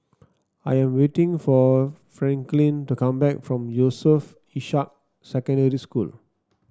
I am waiting for Franklyn to come back from Yusof Ishak Secondary School